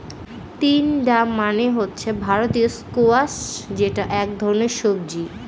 তিনডা মানে হচ্ছে ভারতীয় স্কোয়াশ যেটা এক ধরনের সবজি